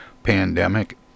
pandemic